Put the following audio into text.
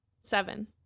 Seven